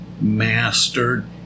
mastered